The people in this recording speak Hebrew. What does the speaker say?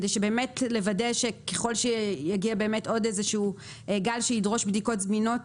כדי באמת לוודא שככל שיגיע עוד איזשהו גל שידרוש בדיקות זמינות